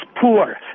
poor